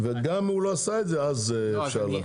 אם הוא לא יעשה את זה, אפשר להטיל עיצום.